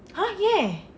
!huh! ஏன்:een